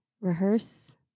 rehearse